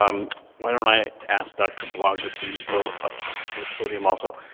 um why don't i ask dr. blog to please go up to the podium also?